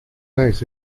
nice